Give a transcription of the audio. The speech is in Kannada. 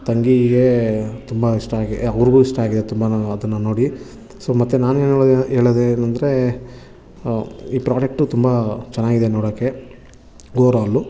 ತಂಗಿಗೆ ತುಂಬ ಇಷ್ಟ ಆಗಿ ಏ ಅವ್ರಿಗೂ ಇಷ್ಟ ಆಗಿದೆ ತುಂಬ ನಾನು ಅದನ್ನು ನೋಡಿ ಸೊ ಮತ್ತೆ ನಾನು ಹೇಳೋದೆ ಹೇಳೋದೇನಂದ್ರೆ ಈ ಪ್ರೋಡಕ್ಟು ತುಂಬ ಚೆನ್ನಾಗಿದೆ ನೋಡೋಕೆ ಓವರಾಲು